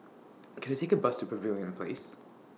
Can I Take A Bus to Pavilion Place